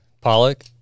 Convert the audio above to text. Pollock